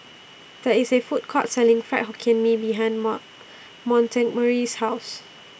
There IS A Food Court Selling Fried Hokkien Mee behind Mark Montgomery's House